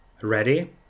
Ready